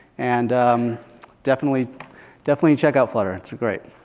and um definitely definitely check out flutter. it's great.